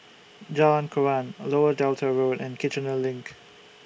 Jalan Koran Lower Delta Road and Kiichener LINK